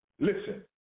listen